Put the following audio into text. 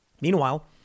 Meanwhile